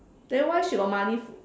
then why she got money